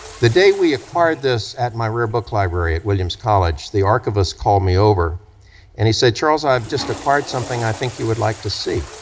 the day we acquired this at my rare book library at williams college the archivist called me over and he said, charles, i have just acquired something i think you would like to see.